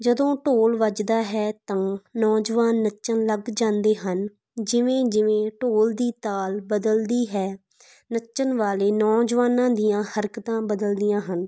ਜਦੋਂ ਢੋਲ ਵੱਜਦਾ ਹੈ ਤਾਂ ਨੌਜਵਾਨ ਨੱਚਣ ਲੱਗ ਜਾਂਦੇ ਹਨ ਜਿਵੇਂ ਜਿਵੇਂ ਢੋਲ ਦੀ ਤਾਲ ਬਦਲਦੀ ਹੈ ਨੱਚਣ ਵਾਲੇ ਨੌਜਵਾਨਾਂ ਦੀਆਂ ਹਰਕਤਾਂ ਬਦਲਦੀਆਂ ਹਨ